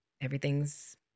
everything's